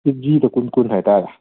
ꯀꯦꯖꯤꯗ ꯀꯨꯟ ꯀꯨꯟ ꯍꯥꯏꯇꯥꯔꯦ